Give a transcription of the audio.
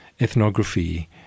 ethnography